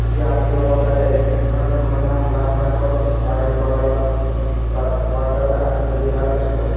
ही आपली जबाबदारी आहे म्हणून मुलांना लहानपणीपासून मराठी बोलायला चा वाचायला आणि लिहायला शिकवा